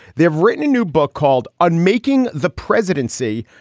they have written a new book called unmaking the presidency.